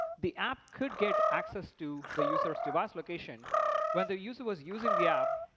the app could get access to the user's device location when the user was using the app,